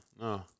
No